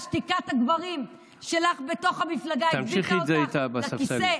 שתיקת הגברים בתוך המפלגה שלך הדביקה אותך לכיסא?